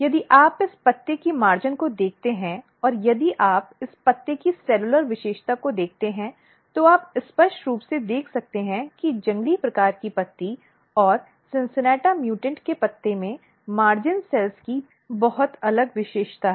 यदि आप इस पत्ते के मार्जिन को देखते हैं और यदि आप इस पत्ते की सेलुलर विशेषता को देखते हैं तो आप स्पष्ट रूप से देख सकते हैं कि जंगली प्रकार की पत्ती और cincinnata म्यूटेंट के पत्ते में मार्जिन कोशिकाओं की बहुत अलग विशेषता है